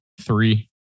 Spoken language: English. three